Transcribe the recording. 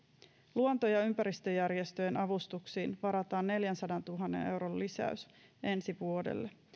luonto ja ympäristöjärjestöjen avustuksiin varataan neljänsadantuhannen euron lisäys ensi vuodelle